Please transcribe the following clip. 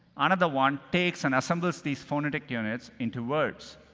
another one takes and assembles these phonetic units into words.